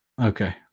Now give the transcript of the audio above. okay